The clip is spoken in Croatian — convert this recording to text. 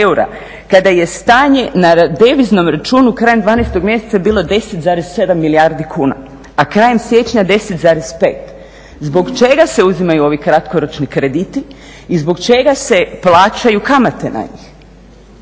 kada je stanje na deviznom računu krajem 12 mjeseca bilo 10,7 milijardi kuna, a krajem siječnja 10,5. Zbog čega se uzimaju ovi kratkoročni krediti i zbog čega se plaćaju kamate na njih?